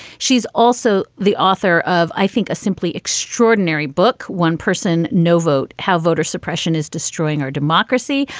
she's also the author of, i think, a simply extraordinary book, one person no vote how voter suppression is destroying our democracy.